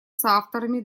соавторами